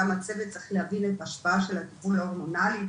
גם הצוות צריך להבין את ההשפעה של הטיפול ההורמונלי,